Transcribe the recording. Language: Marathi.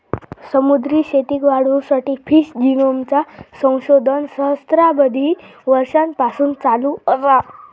समुद्री शेतीक वाढवुसाठी फिश जिनोमचा संशोधन सहस्त्राबधी वर्षांपासून चालू असा